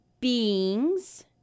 beings